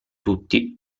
tutti